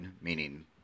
meaning